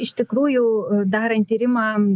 iš tikrųjų darant tyrimą